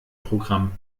programm